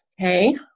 okay